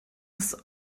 ist